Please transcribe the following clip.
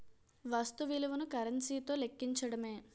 వస్తు విలువను కరెన్సీ తో లెక్కించడమే